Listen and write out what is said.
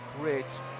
Great